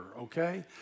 okay